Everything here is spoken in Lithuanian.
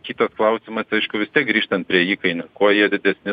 kitas klausimas aišku vis tiek grįžtant prie įkainių kuo jie didesni